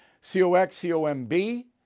C-O-X-C-O-M-B